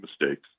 mistakes